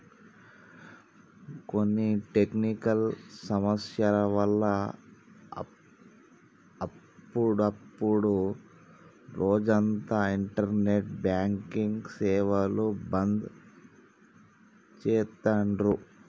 కొన్ని టెక్నికల్ సమస్యల వల్ల అప్పుడప్డు రోజంతా ఇంటర్నెట్ బ్యాంకింగ్ సేవలు బంద్ చేత్తాండ్రు